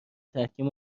تحکیم